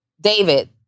David